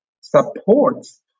supports